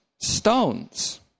stones